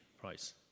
price